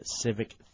Civic